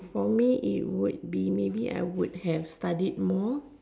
for me it would be maybe I would have studied more